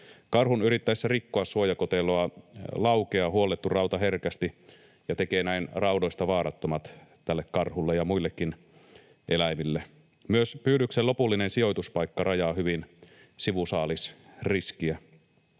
Karhun yrittäessä rikkoa suojakoteloa laukeaa huollettu rauta herkästi ja tekee näin raudoista vaarattomat karhulle ja muillekin eläimille. Myös pyydyksen lopullinen sijoituspaikka rajaa hyvin sivusaalisriskiä.